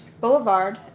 Boulevard